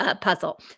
puzzle